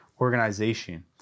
organization